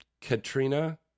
Katrina